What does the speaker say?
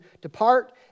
depart